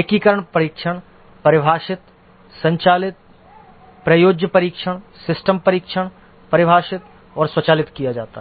एकीकरण परीक्षण परिभाषित संचालित प्रयोज्य परीक्षण सिस्टम परीक्षण परिभाषित और संचालित किया जाता है